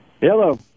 Hello